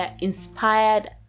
inspired